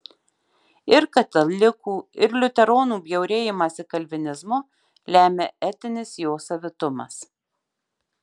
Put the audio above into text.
ir katalikų ir liuteronų bjaurėjimąsi kalvinizmu lemia etinis jo savitumas